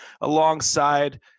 alongside